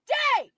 day